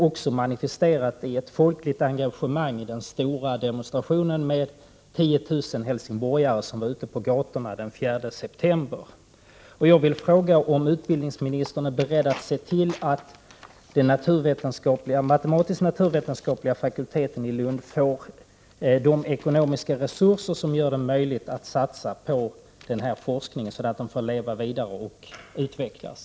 Det manifesterades i ett folkligt engagemang i den stora demonstrationen den 4 september då 10 000 helsingborgare var ute på gatorna. Jag vill fråga om utbildningsministern är beredd att se till att den matematisk-naturvetenskapliga fakulteten i Lund får de ekonomiska resurser som gör det möjligt för den att satsa på den här forskningen och att leva vidare och utvecklas.